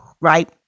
right